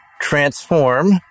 transform